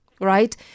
right